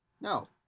No